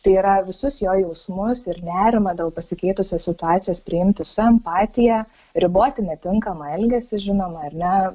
tai yra visus jo jausmus ir nerimą dėl pasikeitusios situacijos priimti su empatija riboti netinkamą elgesį žinoma ar ne